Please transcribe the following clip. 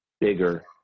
bigger